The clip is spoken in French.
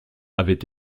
avait